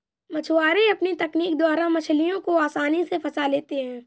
मछुआरे अपनी तकनीक द्वारा मछलियों को आसानी से फंसा लेते हैं